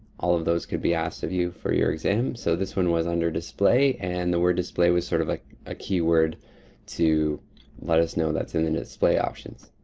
all of those could be asked of you for your exam. so this one was under display. and the word display was sort of like a keyword to let us know that that's in the display options.